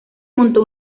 montó